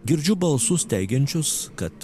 girdžiu balsus teigiančius kad